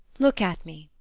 look at me,